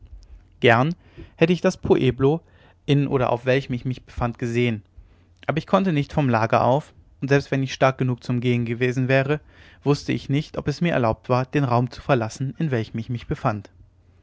gern hätte ich das pueblo in oder auf welchem ich mich befand gesehen aber ich konnte nicht vom lager auf und selbst wenn ich stark genug zum gehen gewesen wäre wußte ich nicht ob es mir erlaubt war den raum zu verlassen in welchem ich mich befand